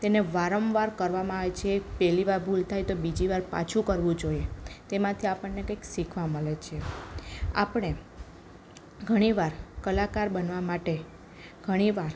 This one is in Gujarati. તેને વારંવાર કરવામાં આવે છે પહેલી વાર ભૂલ થાય તો બીજી વાર પાછું કરવું જોઈએ તેમાંથી આપણને કંઈક શીખવા મળે છે આપણે ઘણીવાર કલાકાર બનવા માટે ઘણીવાર